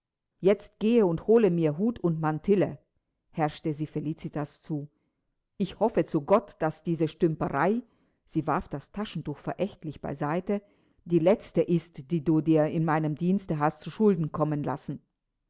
jetzt geh und hole mir hut und mantille herrschte sie felicitas zu ich hoffe zu gott daß diese stümperei sie warf das taschentuch verächtlich beiseite die letzte ist die du dir in meinem dienste hast zu schulden kommen lassen